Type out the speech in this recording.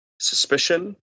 suspicion